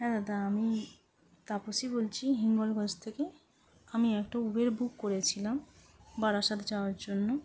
হ্যাঁ দাদা আমি তাপসী বলছি হিঙ্গলগঞ্জ থেকে আমি একটা উবের বুক করেছিলাম বারাসাত যাওয়ার জন্য